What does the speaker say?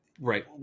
Right